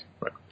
Right